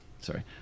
sorry